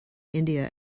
india